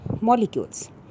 molecules